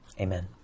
Amen